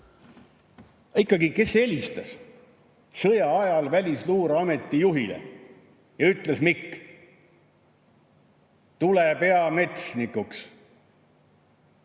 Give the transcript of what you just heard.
ikkagi, kes helistas sõja ajal Välisluureameti juhile ja ütles: "Mikk, tule peametsnikuks!"?